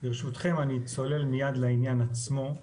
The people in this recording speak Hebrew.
ברשותכם, אני צולל מיד לעניין עצמו.